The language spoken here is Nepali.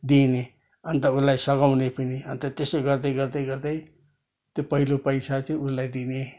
दिने अन्त उसलाई सघाउने पनि अन्त त्यसो गर्दै गर्दै गर्दै त्यो पहिलो पैसा चाहिँ उसलाई दिने